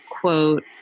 quote